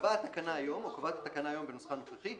קבעה התקנה היום בנוסחה הנוכחי,